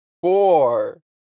Four